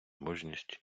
мужність